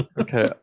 Okay